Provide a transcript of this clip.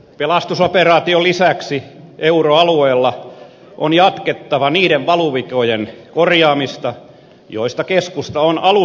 pelastusoperaation lisäksi euroalueella on jatkettava niiden valuvikojen korjaamista joista keskusta on alusta alkaen varoittanut